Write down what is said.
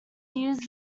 used